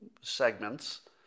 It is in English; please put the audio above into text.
segments